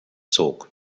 zog